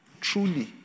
Truly